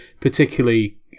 particularly